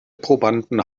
probanden